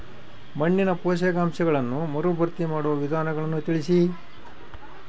ಮಣ್ಣಿನ ಪೋಷಕಾಂಶಗಳನ್ನು ಮರುಭರ್ತಿ ಮಾಡುವ ವಿಧಾನಗಳನ್ನು ತಿಳಿಸಿ?